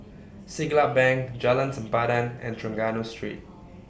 Siglap Bank Jalan Sempadan and Trengganu Street